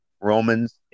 Romans